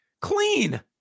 Clean